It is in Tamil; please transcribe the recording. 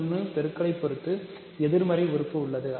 1 பெருக்கலைப் பொறுத்து எதிர்மறை உறுப்பு உள்ளது